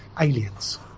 aliens